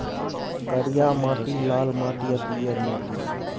करिया माटि, लाल माटि आ पीयर माटि